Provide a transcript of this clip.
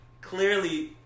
clearly